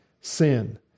sin